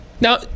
Now